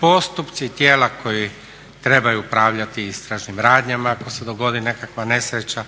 postupci tijela koji trebaju upravljati istražnim radnjama ako se dogodi nekakva nesreća,